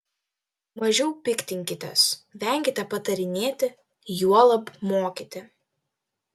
mažiau piktinkitės venkite patarinėti juolab mokyti